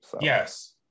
Yes